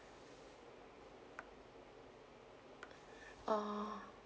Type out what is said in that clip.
oh